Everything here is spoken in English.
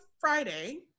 Friday